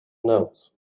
note